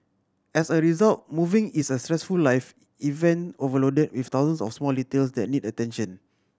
as a result moving is a stressful life event overloaded with thousands of small details that need attention